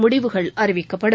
முடிவுகள் அறிவிக்கப்படும்